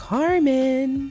Carmen